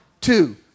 two